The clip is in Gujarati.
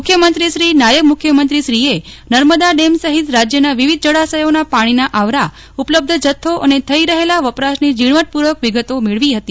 મુખ્યમંત્રીશ્રી નાયબ મુખ્યમંત્રીશ્રીએ નર્મદા ડેમ સહિત રાજ્યના વિવિધ જળાશયોના પાણીના આવરા ઉપલબ્ધ જથ્થો અને થઇ રહેલા વપરાશની ઝીજ્ઞવટપૂર્વક વિગતો મેળવી હતી